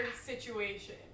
situation